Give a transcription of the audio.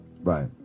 Right